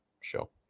show